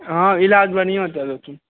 हॅं इलाज बढ़िआँ कए देथुन